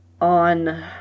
on